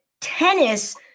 tennis